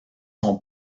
sont